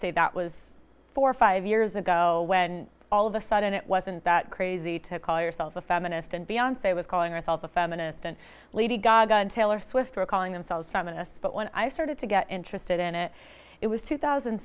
say that was four or five years ago when all of a sudden it wasn't that crazy to call yourself a feminist and beyond say i was calling myself a feminist and lady gaga and taylor swift were calling themselves feminists but when i started to get interested in it it was two thousand